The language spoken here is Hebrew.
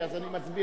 כי אז אני מצביע.